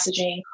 messaging